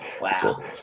Wow